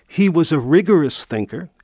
he was a rigorous thinker,